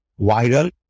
viral